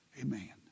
Amen